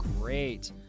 great